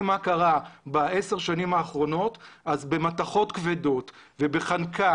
מה קרה בעשר שנים האחרונות אז במתכות כבדות ובחנקה